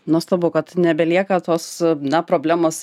nuostabu kad nebelieka tos na problemos